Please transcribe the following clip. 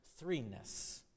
threeness